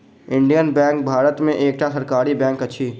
Indian bank भारत में एकटा सरकारी बैंक अछि